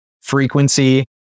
frequency